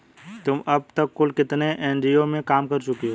तुम अब तक कुल कितने एन.जी.ओ में काम कर चुकी हो?